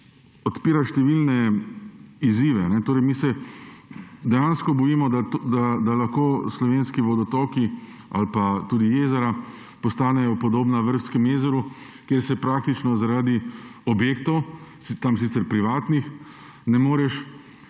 odpira številne izzive. Torej, mi se dejansko bojimo, da lahko slovenski vodotoki ali pa jezera postanejo podobna Vrbskemu jezeru, kjer se praktično zaradi objektov – tam sicer privatnih – ne moreš